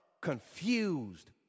confused